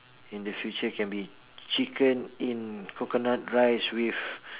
in the future can be chicken in coconut rice with